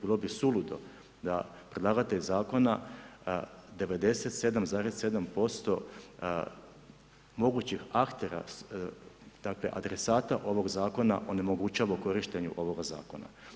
Bilo bi suludo da predlagatelj zakona, 97,7% mogućih aktera dakle, adresata ovog zakona, onemogućava u korištenju ovog zakona.